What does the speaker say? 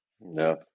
No